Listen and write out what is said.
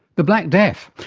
the black death.